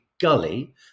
gully